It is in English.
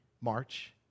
march